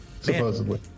supposedly